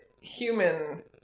human